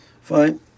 Fine